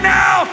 now